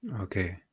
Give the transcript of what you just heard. okay